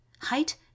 height